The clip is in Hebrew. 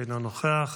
אינו נוכח,